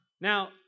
Now